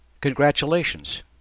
Congratulations